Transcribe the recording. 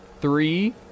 three